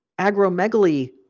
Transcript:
agromegaly